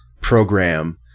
program